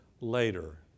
later